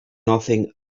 nothing